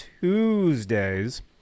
Tuesdays